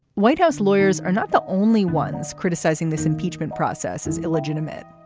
white house lawyers are not the only ones criticizing this impeachment process is illegitimate.